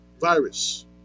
virus